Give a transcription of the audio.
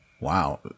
Wow